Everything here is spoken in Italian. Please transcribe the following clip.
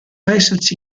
esserci